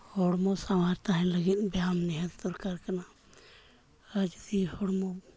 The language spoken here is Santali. ᱦᱚᱲᱢᱚ ᱥᱟᱶᱟᱨ ᱛᱟᱦᱮᱱ ᱞᱟᱹᱜᱤᱫ ᱵᱮᱭᱟᱢ ᱱᱤᱦᱟᱹᱛ ᱫᱚᱨᱠᱟᱨ ᱠᱟᱱᱟ ᱟᱨ ᱡᱩᱫᱤ ᱦᱚᱲᱢᱚ